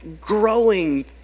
growing